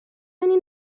این